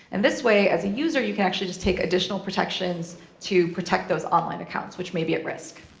and this way, as a user, you can actually just take additional protections to protect those online accounts which may be at risk.